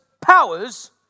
powers